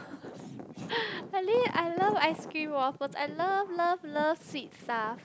really I love ice cream waffles I love love love sweet stuff